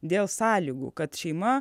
dėl sąlygų kad šeima